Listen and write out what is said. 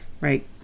right